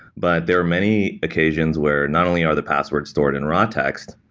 but there are many occasions where not only are the passwords stored in raw text,